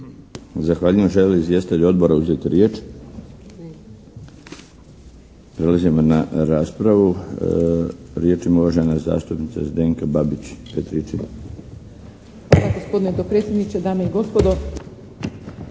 Zahvaljujem. Žele li izvjestitelji odbora uzeti riječ? Prelazimo na raspravu. Riječ ima uvažena zastupnica Zdenka Babić Petričević.